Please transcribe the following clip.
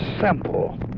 simple